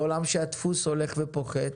בעולם שהדפוס הולך ופוחת,